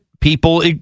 people